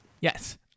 yes